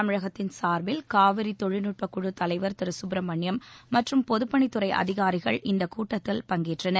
தமிழகத்தின் சார்பில் காவிரி தொழில்நுட்பக்குழுத் தலைவர் திரு சுப்பிரமணியம் மற்றும் பொதுப்பணித்துறை அதிகாரிகள் இந்தக் கூட்டத்தில் பங்கேற்றனர்